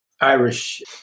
Irish